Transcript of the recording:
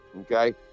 okay